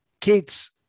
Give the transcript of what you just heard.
kids